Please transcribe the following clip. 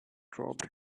dropped